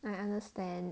I understand